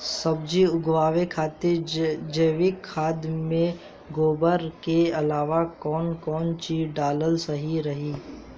सब्जी उगावे खातिर जैविक खाद मे गोबर के अलाव कौन कौन चीज़ डालल सही रही?